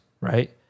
Right